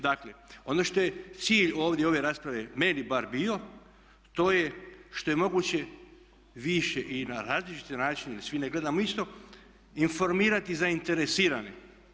Dakle, ono što je cilj ovdje ove rasprave meni bar bio to je što je moguće više i na različite načine, jer svi ne gledamo isto, informirati zainteresirane.